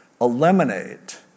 eliminate